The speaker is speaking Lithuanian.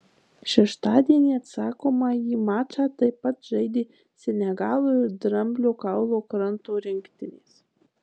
šeštadienį atsakomąjį mačą taip pat žaidė senegalo ir dramblio kaulo kranto rinktinės